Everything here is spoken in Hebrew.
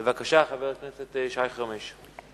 בבקשה, חבר הכנסת שי חרמש.